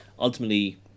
ultimately